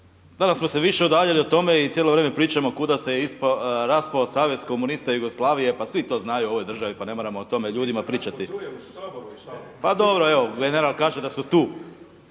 danas smo se više udaljili od teme i cijelo vrijeme pričamo kuda se raspravo savez komunista Jugoslavije, pa svi to znaju u ovoj državi pa ne moramo o tome ljudima pričati. …/Upadica: Nije se raspao, tu